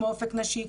כמו אופק נשי,